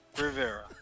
Rivera